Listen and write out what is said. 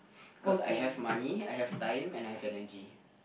cause I have money I have time and I have energy